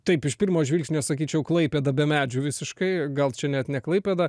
taip iš pirmo žvilgsnio sakyčiau klaipėda be medžių visiškai gal čia net ne klaipėda